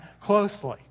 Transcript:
closely